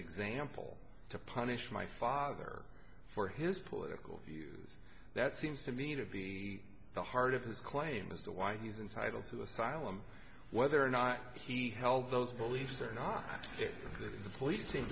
example to punish my father for his political views that seems to me to be the heart of his claim as to why he's entitled to asylum whether or not he held those beliefs or not if the police seem